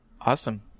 Awesome